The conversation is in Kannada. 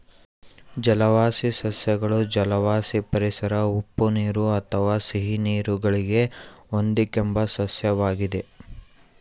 ಜಲವಾಸಿ ಸಸ್ಯಗಳು ಜಲವಾಸಿ ಪರಿಸರ ಉಪ್ಪುನೀರು ಅಥವಾ ಸಿಹಿನೀರು ಗಳಿಗೆ ಹೊಂದಿಕೆಂಬ ಸಸ್ಯವಾಗಿವೆ